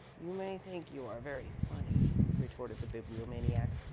you may think you are very funny, retorted the bibliomaniac.